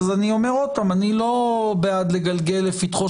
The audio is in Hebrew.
אז אני אומר עוד פעם שאני לא בעד גלגול לפתחו